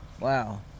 Wow